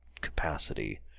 capacity